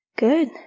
Good